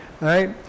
right